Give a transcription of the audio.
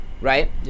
right